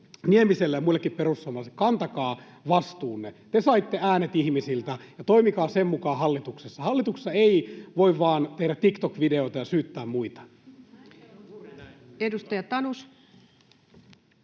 Niemiselle ja muillekin perussuomalaisille: Kantakaa vastuunne. Te saitte äänet ihmisiltä, toimikaa sen mukaan hallituksessa. Hallituksessa ei voi vain tehdä TikTok-videoita ja syyttää muita. [Speech 282]